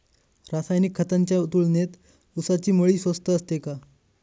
रासायनिक खतांच्या तुलनेत ऊसाची मळी स्वस्त असते का?